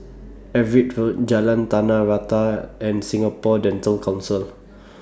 Everitt Road Jalan Tanah Rata and Singapore Dental Council